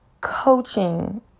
coaching